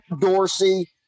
Dorsey